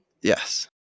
Yes